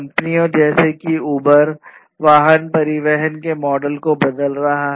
कंपनियों जैसे कि उबर परिवहन के मॉडल को बदल रहा है